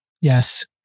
yes